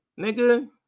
nigga